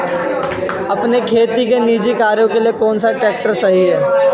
अपने खेती के निजी कार्यों के लिए कौन सा ट्रैक्टर सही है?